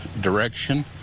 direction